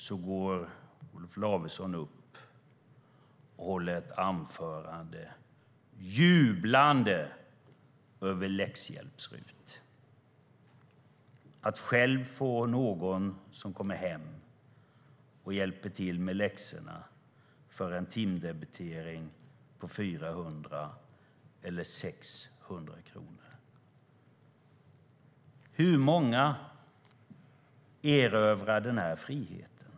Så går Olof Lavesson upp och håller ett anförande, jublande över läxhjälps-RUT. Att själv få någon som kommer hem och hjälper till med läxorna för en timdebitering på 400 eller 600 kronor - hur många erövrar den friheten?